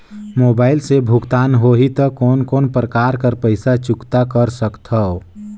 Mobile से भुगतान होहि त कोन कोन प्रकार कर पईसा चुकता कर सकथव?